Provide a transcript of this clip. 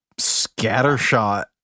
scattershot